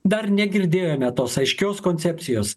dar negirdėjome tos aiškios koncepcijos